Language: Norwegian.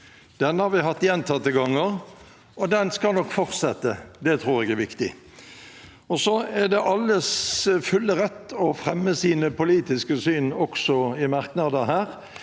Den har vi hatt gjentatte ganger, og den skal nok fortsette. Det tror jeg er viktig. Så er det alles fulle rett å fremme sine politiske syn også i merknader her.